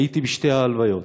הייתי בשתי ההלוויות,